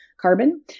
carbon